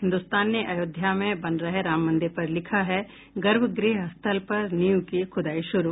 हिन्दुस्तान ने अयोध्या में बन रहे राम मंदिर पर लिखा है गर्भ गृह स्थल पर नींव की खूदाई शुरू